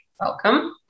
Welcome